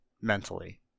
mentally